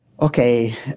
Okay